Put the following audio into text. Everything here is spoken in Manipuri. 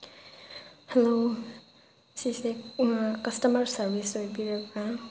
ꯍꯜꯂꯣ ꯁꯤꯁꯦ ꯀꯁꯇꯃꯔ ꯁꯥꯔꯕꯤꯁ ꯑꯣꯏꯕꯤꯔꯕ꯭ꯔꯥ